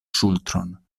ŝultron